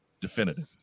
Definitive